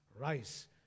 Rise